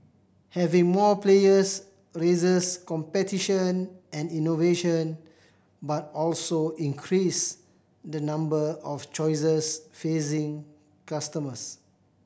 having more players raises competition and innovation but also increase the number of choices facing customers